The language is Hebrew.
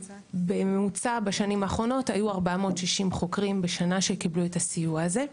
בממוצע בשנים האחרונות היו 460 חוקרים בשנה שקיבלו את הסיוע הזה.